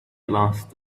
lost